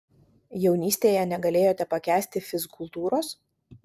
jaunystėje negalėjote pakęsti fizkultūros